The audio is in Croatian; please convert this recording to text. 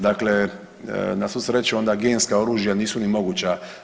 Dakle, na svu sreću onda genska oružja nisu ni moguća.